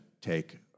take